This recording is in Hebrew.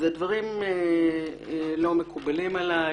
הדברים לא מקובלים עלי.